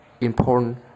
important